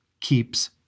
keeps